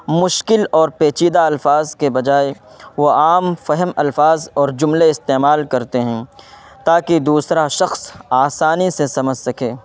مشکل اور پیچیدہ الفاظ کے بجائے وہ عام فہم الفاظ اور جملے استعمال کرتے ہیں تاکہ دوسرا شخص آسانی سے سمجھ سکے